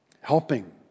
Helping